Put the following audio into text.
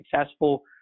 successful